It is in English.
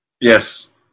yes